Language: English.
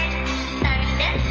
thunder